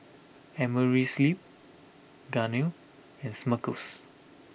Amerisleep Garnier and Smuckers